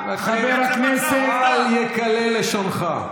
חבר הכנסת, אל יקלל לשונך.